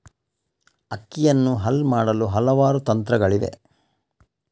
ಅಕ್ಕಿಯನ್ನು ಹಲ್ ಮಾಡಲು ಹಲವಾರು ತಂತ್ರಗಳಿವೆ